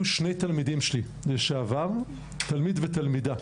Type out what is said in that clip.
שני תלמידים שלי לשעבר תלמיד ותלמידה.